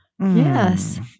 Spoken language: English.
Yes